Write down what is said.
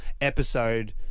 episode